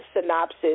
synopsis